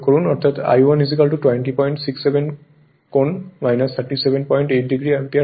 অর্থাৎ I1 2067 কোণ 378 degree ampere হবে